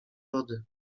wody